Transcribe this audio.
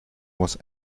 was